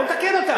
בוא נתקן אותה.